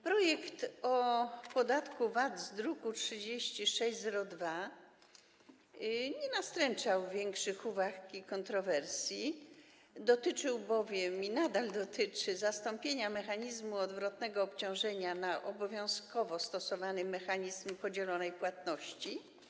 Projekt o podatku VAT, druk nr 3602, nie budził większych uwag i kontrowersji, dotyczył bowiem, i nadal dotyczy, zastąpienia mechanizmu odwrotnego obciążenia na obowiązkowo stosowany mechanizm podzielonej płatności.